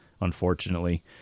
unfortunately